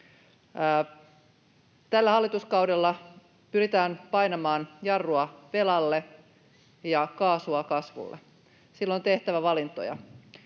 Tällä hallituskaudella pyritään painamaan jarrua velalle ja kaasua kasvulle. Silloin on tehtävä valintoja.